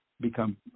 become